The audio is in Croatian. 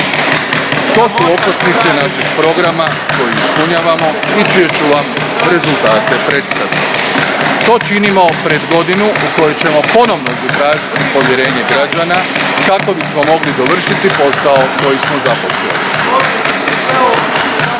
To su okosnice našeg Programa koji ispunjavamo i čije ću vam rezultate predstaviti. To činimo pred godinu u kojoj ćemo ponovno zatražiti povjerenje građana kako bismo mogli dovršiti posao koji smo započeli.